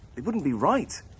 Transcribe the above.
it wouldn't be right.